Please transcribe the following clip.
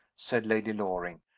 said lady loring.